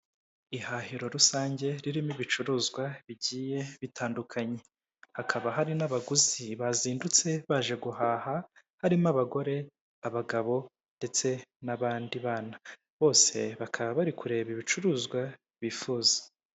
Ihahira rusange ririmo ibicuruzwa bigiye bitandukanye. Hakaba hari n'abaguzi bazindutse baje guhaha harimo abagore, abagabo, ndetse n'abandi bana. Bose bakaba bari kureba ibicuruzwa bifuza.